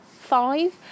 five